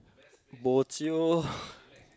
bo jio